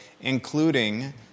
including